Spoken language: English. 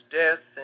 death